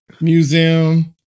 Museum